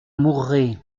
mourrai